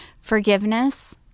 forgiveness